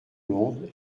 monde